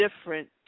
different